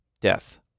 death